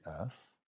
earth